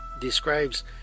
describes